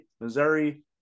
Missouri